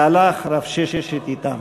והלך רב ששת אתם,